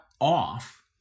off